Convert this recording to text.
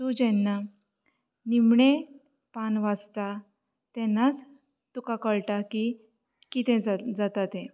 तूं जेन्ना निमणें पान वाचता तेन्नाच तुकां कळटा की कितें जाता तें